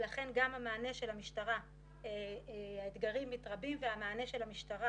לכן גם האתגרים העומדים בפני המשטרה